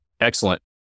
Excellent